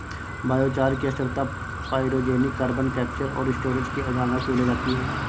biochar की स्थिरता pyrogenic carbon capture और स्टोरेज की अवधारणा की ओर ले जाती है